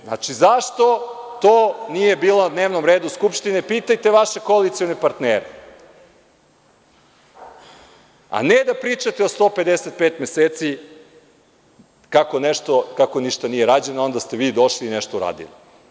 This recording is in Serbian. Zašto to nije bilo na dnevnom redu Skupštine, pitajte vaše koalicione partnere, a ne da pričate 155 meseci kako ništa nije rađeno, a onda ste vi došli i nešto uradili.